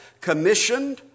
commissioned